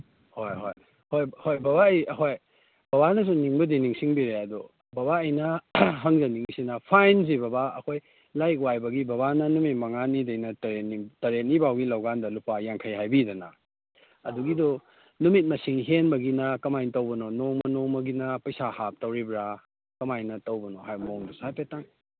ꯍꯣꯏ ꯍꯣꯏ ꯍꯣꯏ ꯍꯣꯏ ꯕꯕꯥ ꯑꯩ ꯍꯣꯏ ꯕꯕꯥꯅꯁꯨ ꯅꯤꯡꯕꯨꯗꯤ ꯅꯤꯡꯁꯤꯡꯕꯤꯔꯛꯑꯦ ꯑꯗꯨ ꯕꯕꯥ ꯑꯩꯅ ꯍꯪꯖꯅꯤꯡꯉꯤꯁꯤꯅ ꯐꯥꯏꯟꯁꯤ ꯕꯕꯥ ꯑꯩꯈꯣꯏ ꯂꯥꯏꯔꯤꯛ ꯋꯥꯏꯕꯒꯤ ꯕꯕꯥꯅ ꯅꯨꯃꯤꯠ ꯃꯉꯥꯅꯤꯗꯩꯅ ꯇꯔꯦꯠꯅꯤ ꯇꯔꯦꯠꯅꯤꯐꯥꯎꯒꯤ ꯂꯧꯀꯥꯟꯗ ꯂꯨꯄꯥ ꯌꯥꯡꯈꯩ ꯍꯥꯏꯕꯤꯗꯅ ꯑꯗꯨꯒꯤꯗꯨ ꯅꯨꯃꯤꯠ ꯃꯁꯤꯡ ꯍꯦꯟꯕꯒꯤꯅ ꯀꯃꯥꯏꯅ ꯇꯧꯕꯅꯣ ꯅꯣꯡꯃ ꯅꯣꯡꯃꯒꯤꯅ ꯄꯩꯁꯥ ꯍꯥꯞꯇꯧꯔꯤꯕ꯭ꯔꯥ ꯀꯃꯥꯏꯅ ꯇꯧꯕꯅꯣ ꯍꯥꯏꯕ ꯃꯑꯣꯡꯗꯨꯁꯨ ꯍꯥꯏꯐꯦꯠꯇꯪ